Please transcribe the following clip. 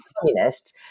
communists